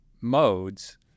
modes